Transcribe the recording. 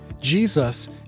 Jesus